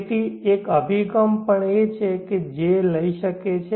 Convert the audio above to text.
તેથી તે એક અભિગમ પણ છે જે કોઈ લઈ શકે છે